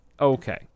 Okay